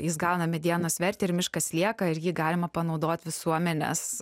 jis gauna medienos vertę ir miškas lieka ir jį galima panaudot visuomenės